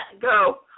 go